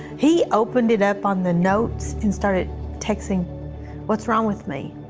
he opened it up on the notes and started texting what's wrong with me?